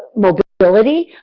mobility,